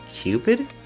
cupid